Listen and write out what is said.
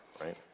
right